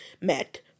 met